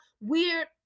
weird